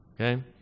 Okay